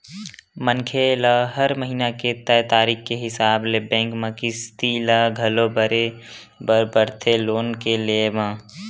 मनखे ल हर महिना के तय तारीख के हिसाब ले बेंक म किस्ती ल घलो भरे बर परथे लोन के लेय म